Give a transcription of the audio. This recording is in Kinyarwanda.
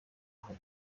aho